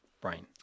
brain